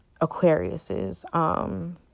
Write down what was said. Aquariuses